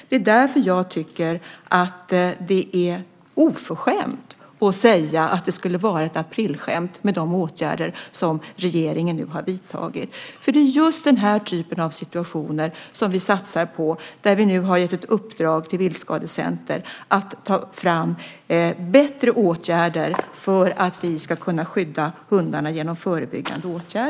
Det är därför jag tycker att det är oförskämt att säga att de åtgärder som regeringen nu har vidtagit skulle vara ett aprilskämt. Det är just den typen av situationer som vi satsar på. Vi har gett ett uppdrag till Viltskadecenter att ta fram bättre förebyggande åtgärder så att vi kan skydda hundarna.